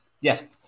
yes